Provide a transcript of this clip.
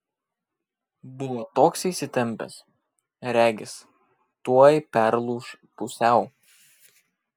buvo toks įsitempęs regis tuoj perlūš pusiau